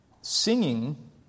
singing